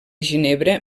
ginebra